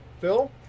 Phil